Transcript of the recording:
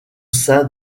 sein